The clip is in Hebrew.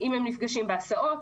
אם הם נפגשים בהסעות,